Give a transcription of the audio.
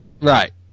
Right